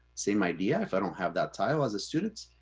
same idea. if i don't have that title as a students,